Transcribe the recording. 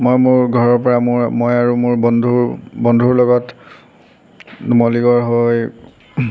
মই মোৰ ঘৰৰ পৰা মোৰ মই আৰু মোৰ বন্ধু বন্ধুৰ লগত নুমলীগড় হৈ